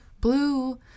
blue